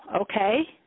okay